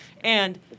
And-